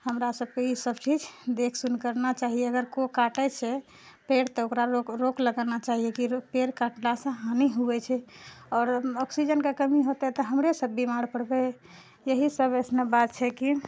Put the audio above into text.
हमरा सभके ई सब चीज देख सुन करना चाही अगर कोइ काटै छै पेड़ तऽ ओकरा रोक लगाना चाही कि रुक पेड़ काटनासँ हानि हुवै छै आओर ऑक्सीजनके कमी होतै तऽ हमरे सब बीमार पड़बै यही सब अइसनो बात छै कि